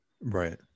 right